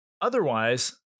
Otherwise